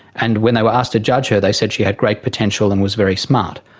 and when they were asked to judge her they said she had great potential and was very smart.